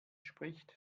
spricht